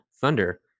Thunder